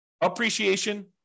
appreciation